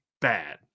bad